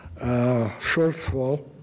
shortfall